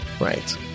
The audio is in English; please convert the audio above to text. right